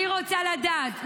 אני רוצה לדעת,